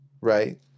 right